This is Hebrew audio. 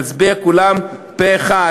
נצביע כולם פה-אחד,